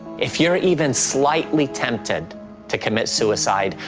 if you're even slightly tempted to commit suicide,